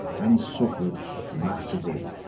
and suffered massively.